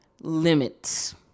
limits